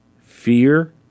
fear